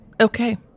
Okay